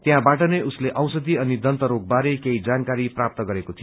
त्यहाँ बाटनै उसले औषधी अनि दन्त रोग बारे केही जानकारी प्राप्त गरेको थियो